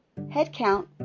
Headcount